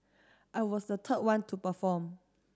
I was the third one to perform